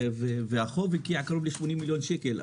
והחוב הגיע לקרוב ל-80 מיליון שקל.